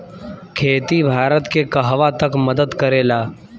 खेती भारत के कहवा तक मदत करे ला?